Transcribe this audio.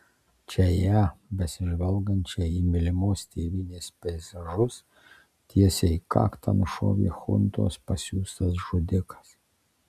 čia ją besižvalgančią į mylimos tėvynės peizažus tiesiai į kaktą nušovė chuntos pasiųstas žudikas